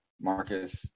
Marcus